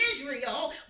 Israel